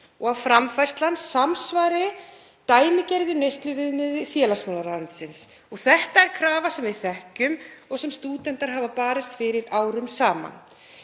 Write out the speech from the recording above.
og að framfærslan samsvari dæmigerðu neysluviðmiði félagsmálaráðuneytisins. Það er krafa sem við þekkjum og sem stúdentar hafa barist fyrir árum saman.